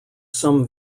some